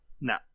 No